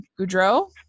goudreau